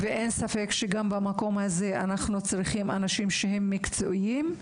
אין ספק שגם במקום הזה אנחנו צריכים אנשים שהם מקצועיים,